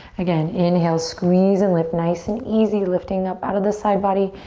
again, inhale, squeeze and lift. nice and easy lifting up out of the side body.